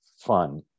fun